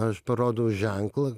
aš parodau ženklą